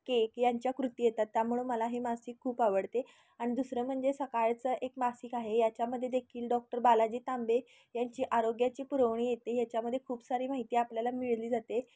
cake यांच्या कृती येतात त्यामुळं मला हे मासिक खूप आवडते आणि दुसरं म्हणजे सकाळचं एक मासिक आहे याच्यामध्ये देखील डॉक्टर बालाजी तांबे यांची आरोग्याची पुरवणी येते याच्यामध्ये खूप सारी माहिती आपल्याला मिळली जाते